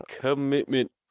Commitment